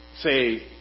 say